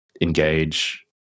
engage